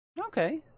okay